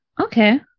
Okay